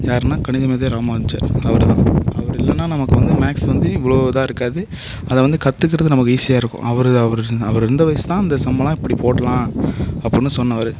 யாருனால் கணித மேதை ராமானுஜர் அவர் தான் அவர் இல்லைன்னா நமக்கு வந்து மேக்ஸ் வந்து இவ்வளோ இதாக இருக்காது அதை வந்து கத்துக்கிறது நமக்கு ஈஸியாக இருக்கும் அவர் அவர் அவர் இருந்தால் வாசி தான் இந்த சம்மெல்லாம் இப்படி போடலாம் அப்புடினு சொன்னவர்